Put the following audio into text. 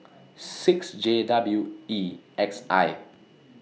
six J W E X I